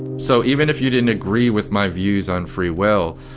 so even if you didn't agree with my views on free, well,